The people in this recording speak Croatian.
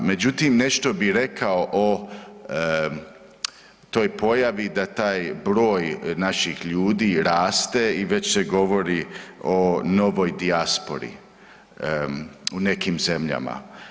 Međutim, nešto bi rekao o toj pojavi da taj broj naših ljudi raste i već se govori o novoj dijaspori u nekim zemljama.